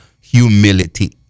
humility